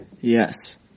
Yes